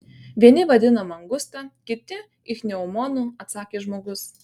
vieni vadina mangusta kiti ichneumonu atsakė žmogus